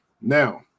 Now